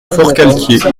forcalquier